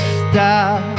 stop